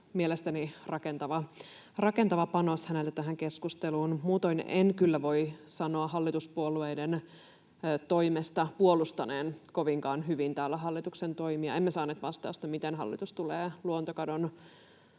mielestäni rakentava panos häneltä tähän keskusteluun. Muutoin en kyllä voi sanoa hallituspuolueiden puolustaneen kovinkaan hyvin täällä hallituksen toimia. Emme saaneet vastausta, miten hallitus tulee luontokadon